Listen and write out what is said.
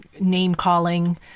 name-calling